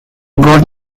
gold